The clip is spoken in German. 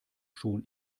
schon